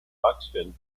buxton